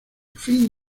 fin